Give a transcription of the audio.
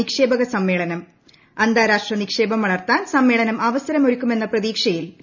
നിക്ഷേപക സമ്മേളനം അന്താരാഷ്ട്ര നിക്ഷേപം വളർത്താൻ സമ്മേളനം അവസരമൊരുക്കുമെന്ന പ്രതീക്ഷയിൽ രാജ്യം